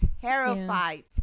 terrified